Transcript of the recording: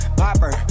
popper